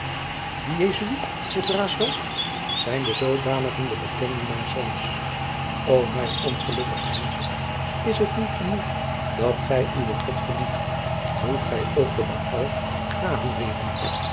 jesuit vroeg raesfelt zijn de zoodanigen de bekenden mijns zoons o mijn ongelukkige hendrik is het niet genoeg dat gij uwen god verliet moet gij ook den bäal